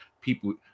people